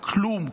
כלום,